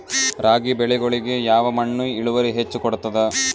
ರಾಗಿ ಬೆಳಿಗೊಳಿಗಿ ಯಾವ ಮಣ್ಣು ಇಳುವರಿ ಹೆಚ್ ಕೊಡ್ತದ?